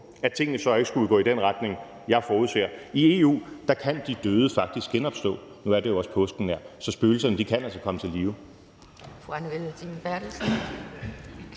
et mål, så ikke skulle gå i den retning, jeg forudser. I EU kan de døde faktisk genopstå. Nu er vi jo også påsken nær, så spøgelserne kan altså komme til live.